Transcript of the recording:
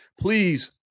please